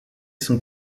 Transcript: sont